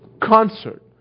concert